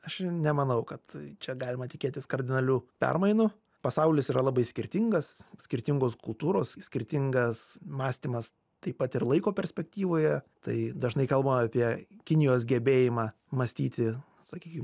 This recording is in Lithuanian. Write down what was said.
aš nemanau kad čia galima tikėtis kardinalių permainų pasaulis yra labai skirtingas skirtingos kultūros skirtingas mąstymas taip pat ir laiko perspektyvoje tai dažnai kalbam apie kinijos gebėjimą mąstyti sakykim